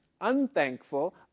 unthankful